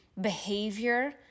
behavior